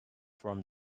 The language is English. from